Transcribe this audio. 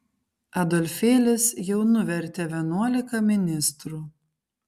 adolfėlis jau nuvertė vienuolika ministrų